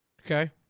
Okay